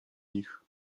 nich